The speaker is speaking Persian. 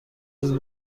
چیز